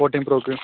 fourteen പ്രോയ്ക്ക്